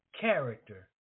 Character